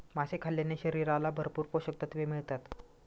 मासे खाल्ल्याने शरीराला भरपूर पोषकतत्त्वे मिळतात